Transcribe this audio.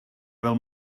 fel